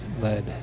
led